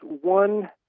one